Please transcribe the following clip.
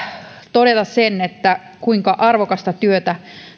todeta sen kuinka arvokasta työtä